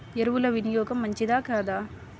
ఎరువుల వినియోగం మంచిదా కాదా?